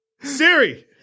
Siri